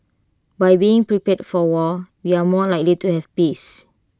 by being prepared for war we are more likely to have peace